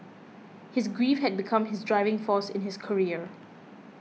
his grief had become his driving force in his career